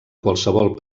qualsevol